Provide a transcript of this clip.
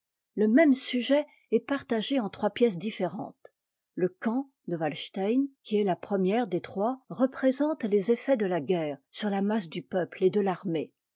le même sujet est partagé en trois pièces différentes le camp de t m qui est la première des trois représente les effets de la guerre sur la masse du peuple et de l'armée